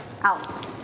out